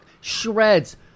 shreds